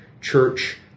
church